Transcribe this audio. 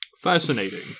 Fascinating